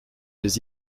les